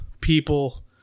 people